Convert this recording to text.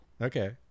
Okay